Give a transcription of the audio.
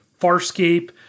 Farscape